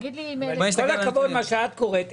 עם כל הכבוד למה שאת קוראת,